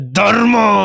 Dharma